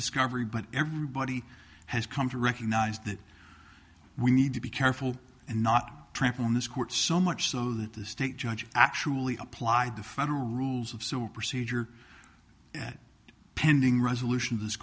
discovery but everybody has come to recognize that we need to be careful and not trample on this court so much so that the state judge actually applied the federal rules of civil procedure pending resolution